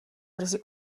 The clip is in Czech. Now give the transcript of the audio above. brzy